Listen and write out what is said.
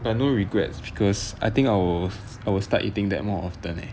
but no regrets because I think I will I will start eating that more often leh